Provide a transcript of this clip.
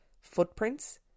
footprints